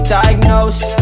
diagnosed